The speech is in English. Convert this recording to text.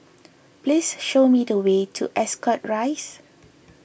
please show me the way to Ascot Rise